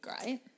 Great